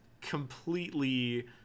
completely